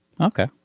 Okay